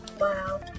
Wow